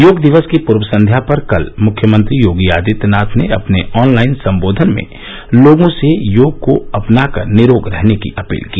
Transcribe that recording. योग दिवस की पूर्व संध्या पर कल मुख्यमंत्री योगी आदित्यनाथ ने अपने ऑनलाइन सम्बोधन में लोगों से योग को अपना कर निरोग रहने की अपील की